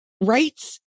rights